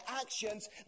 actions